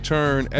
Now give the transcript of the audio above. Turn